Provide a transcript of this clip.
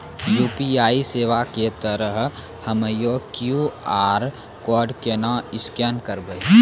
UPI सेवा के तहत हम्मय क्यू.आर कोड केना स्कैन करबै?